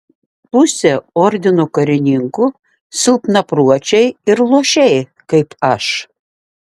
pusė ordino karininkų silpnapročiai ir luošiai kaip aš